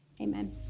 amen